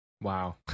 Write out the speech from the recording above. Wow